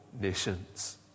nations